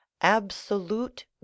Absolute